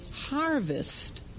harvest